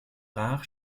rares